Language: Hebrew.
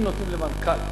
אם נותנים למנכ"ל,